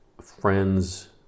friends